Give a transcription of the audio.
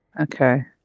Okay